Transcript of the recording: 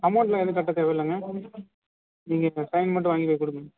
அமௌன்ட்டெலாம் எதுவும் கட்ட தேவையில்லைங்க நீங்கள் இப்போ சைன் மட்டும் வாங்கிப் போய்க் கொடுங்க